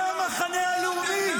זה המחנה הלאומי?